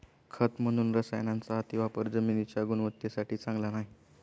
खत म्हणून रसायनांचा अतिवापर जमिनीच्या गुणवत्तेसाठी चांगला नाही